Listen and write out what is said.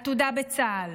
עתודה בצה"ל,